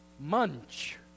munch